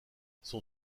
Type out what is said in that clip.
son